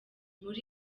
muri